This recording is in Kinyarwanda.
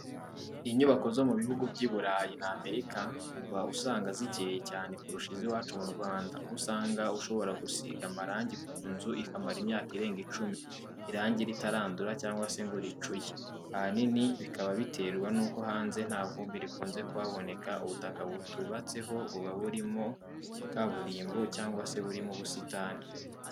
Inyubako zo mu bihugu by'iburayi na Amerika, uba usanga zikeye cyane kurusha iz'iwacu mu Rwanda, aho usanga ushobora gusiga amarangi ku nzu ikamara imyaka irenga icumi, irangi ritarandura cyangwa se ngo ricuye. Ahanini bikaba biterwa nuko hanze nta vumbi rikunze kuhaboneka, ubutaka butubatseho buba burimo kaburimbo cyangwa se burimo ubusitani.